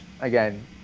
Again